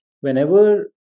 whenever